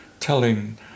telling